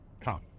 Come